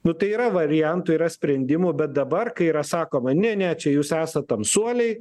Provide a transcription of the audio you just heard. nu tai yra variantų yra sprendimų bet dabar kai yra sakoma ne ne čia jūs esat tamsuoliai